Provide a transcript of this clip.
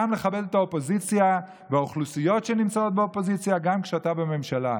גם לכבד את האופוזיציה והאוכלוסיות שנמצאות באופוזיציה גם כשאתה בממשלה,